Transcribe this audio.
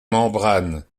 membrane